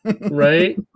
Right